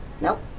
nope